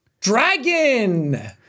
Dragon